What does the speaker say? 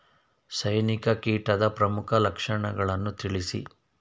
ಸೈನಿಕ ಕೀಟದ ಪ್ರಮುಖ ಲಕ್ಷಣಗಳನ್ನು ತಿಳಿಸಿ?